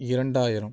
இரண்டாயிரம்